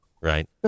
right